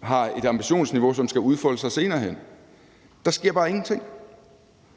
har et ambitionsniveau, som skal udfolde sig senere hen. Der sker bare ingenting.